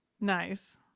nice